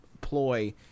ploy